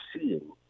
seeing